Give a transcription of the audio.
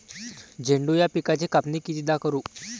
झेंडू या पिकाची कापनी कितीदा करू?